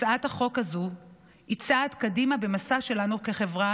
הצעת החוק הזו היא צעד קדימה במסע שלנו כחברה